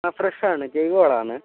ആ ഫ്രഷാണ് ജൈവവളമാണ്